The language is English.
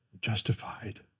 Justified